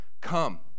Come